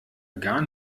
gar